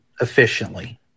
efficiently